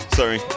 sorry